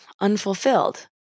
unfulfilled